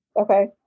Okay